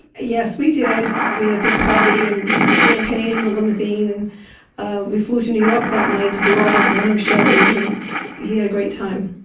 yes, we did. we had a big party and champagne and a limousine and ah we flew to new york that night to do all the morning shows and he had a great time.